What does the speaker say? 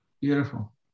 Beautiful